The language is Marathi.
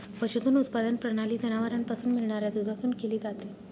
पशुधन उत्पादन प्रणाली जनावरांपासून मिळणाऱ्या दुधातून केली जाते